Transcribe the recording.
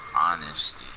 honesty